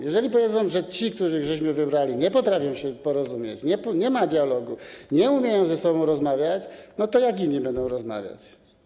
Jeżeli powiedzą, że ci, których wybraliśmy, nie potrafią się porozumieć, nie ma dialogu, nie umieją ze sobą rozmawiać, to jak inni będą rozmawiać?